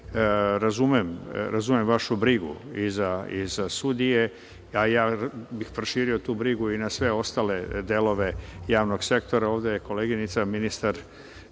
sve. Razumem vašu brigu i za sudije, a ja bih proširio tu brigu i na sve ostale delove javnog sektora. Ovde je koleginica ministar